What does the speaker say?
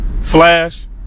Flash